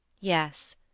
Yes